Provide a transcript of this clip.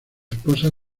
esposa